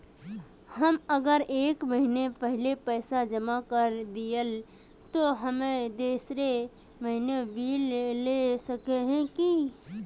हम अगर एक महीना पहले पैसा जमा कर देलिये ते हम दोसर महीना बिल ला सके है की?